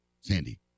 Sandy